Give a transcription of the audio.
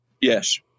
Yes